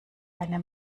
eine